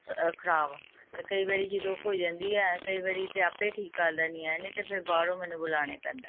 ਸ ਖਰਾਬ ਅਤੇ ਕਈ ਵਾਰੀ ਜਦੋਂ ਹੋ ਜਾਂਦੀ ਹੈ ਕਈ ਵਾਰੀ ਤਾਂ ਆਪੇ ਠੀਕ ਕਰ ਲੈਂਦੀ ਆ ਨਹੀਂ ਤਾਂ ਫਿਰ ਬਾਹਰੋਂ ਮੈਨੂੰ ਬੁਲਾਉਣਾ ਪੈਂਦਾ